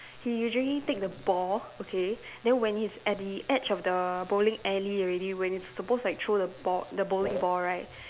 he usually take the ball okay then when he's at the edge of the bowling alley already when he's supposed like throw the ball the bowling ball right